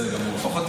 בכל זאת אני